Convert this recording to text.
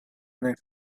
unique